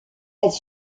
elle